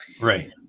Right